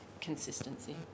consistency